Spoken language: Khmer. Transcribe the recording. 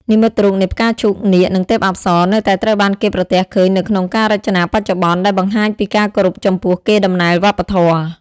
និមិត្តរូបនៃផ្កាឈូក នាគ និងទេពអប្សរនៅតែត្រូវបានគេប្រទះឃើញនៅក្នុងការរចនាបច្ចុប្បន្ន ដែលបង្ហាញពីការគោរពចំពោះកេរដំណែលវប្បធម៌។